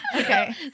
Okay